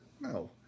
No